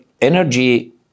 energy